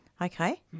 Okay